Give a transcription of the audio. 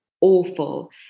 awful